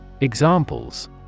Examples